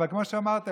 אבל כמו שאמרת,